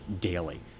daily